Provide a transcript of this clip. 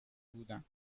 بودند